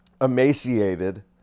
Emaciated